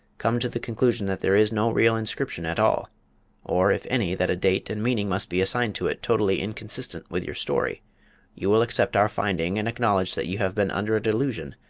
come to the conclusion that there is no real inscription at all or, if any, that a date and meaning must be assigned to it totally inconsistent with your story you will accept our finding and acknowledge that you have been under a delusion,